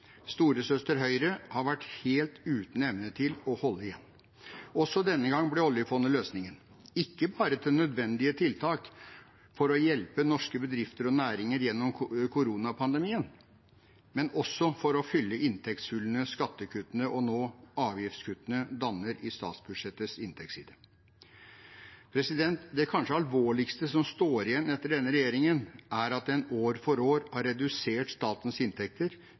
Storesøster Høyre har vært helt uten evne til å holde igjen. Også denne gang ble oljefondet løsningen, ikke bare til nødvendige tiltak for å hjelpe norske bedrifter og næringer gjennom koronapandemien, men også for å fylle inntektshullene som skattekuttene og nå avgiftskuttene danner på statsbudsjettets inntektsside. Det kanskje alvorligste som står igjen etter denne regjeringen, er at den år for år har redusert statens inntekter